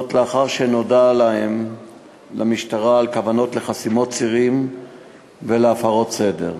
לאחר שנודע למשטרה על כוונות לחסימות צירים ולהפרות סדר.